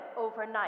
overnight